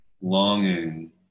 longing